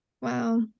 Wow